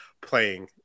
playing